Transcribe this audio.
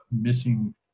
missing